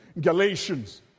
Galatians